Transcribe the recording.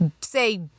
say